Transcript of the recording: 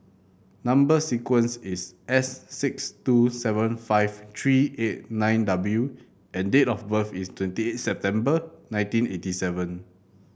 number sequence is S six two seven five three eight nine W and date of birth is twenty eight September nineteen eighty seven